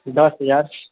दस हजार